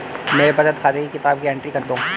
मेरे बचत खाते की किताब की एंट्री कर दो?